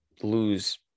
lose